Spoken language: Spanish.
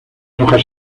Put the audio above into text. hojas